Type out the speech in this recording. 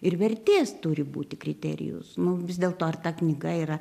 ir vertės turi būti kriterijus nu vis dėlto ar ta knyga yra